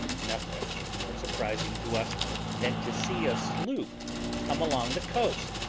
nothing was more surprising to us than to see a sloop come along the coast,